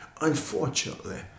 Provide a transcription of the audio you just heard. Unfortunately